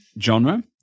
genre